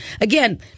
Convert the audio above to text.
again